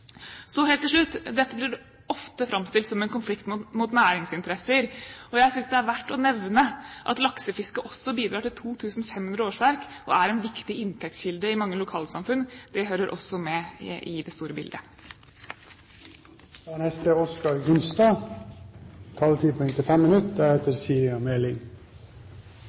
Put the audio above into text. Så, helt til slutt: Dette blir ofte framstilt som en konflikt mot næringsinteresser, og jeg synes det er verdt å nevne at laksefiske også bidrar til 2 500 årsverk og er en viktig inntektskilde i mange lokalsamfunn. Det hører også med i det store